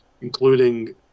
including